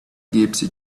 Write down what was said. gypsy